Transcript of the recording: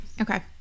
Okay